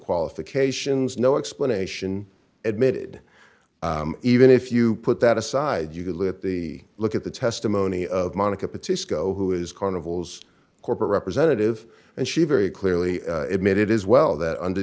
qualifications no explanation admitted even if you put that aside you could look at the look at the testimony of monica petition go who is carnival's corporate representative and she very clearly admitted as well that under